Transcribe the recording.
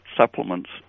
supplements